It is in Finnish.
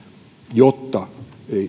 jotta